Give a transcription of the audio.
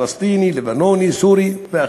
הבן-אדם אמר שם: חבר'ה, אין לנו דעה